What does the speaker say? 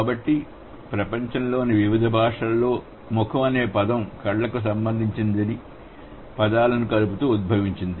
కాబట్టి ప్రపంచంలోని వివిధ భాషలలో ముఖం అనే పదం కళ్ళకు సంబంధించిన పదాలను కలుపుతూ ఉద్భవించింది